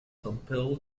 compelled